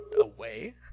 away